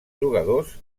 jugadors